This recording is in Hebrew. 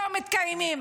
לא מתקיימים,